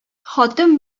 хатын